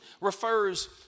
refers